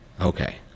Okay